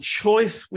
choice